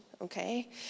okay